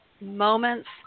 moments